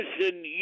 listen